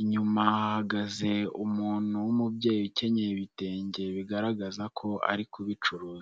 Inyuma hagaze umuntu w'umubyeyi ukenyeye ibitenge bigaragaza ko ari kubicuruza.